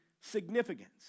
significance